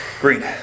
Green